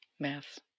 Math